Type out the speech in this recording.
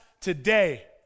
today